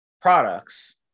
products